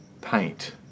paint